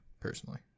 personally